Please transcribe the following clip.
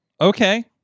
Okay